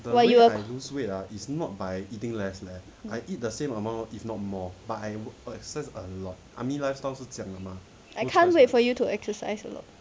while you were I can't wait for you to exercise a lot